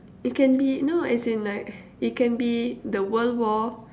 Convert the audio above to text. you can be know as in like it can be the world war